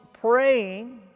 praying